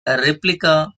replica